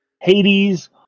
Hades